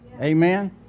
Amen